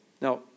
Now